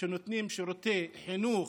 שנותנים שירותי חינוך,